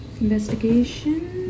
Investigation